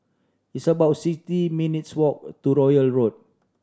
it's about sixty minutes' walk to Royal Road